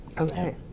Okay